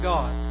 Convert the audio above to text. God